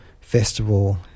festival